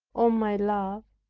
oh, my love,